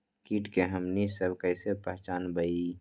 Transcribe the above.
किट के हमनी सब कईसे पहचान बई?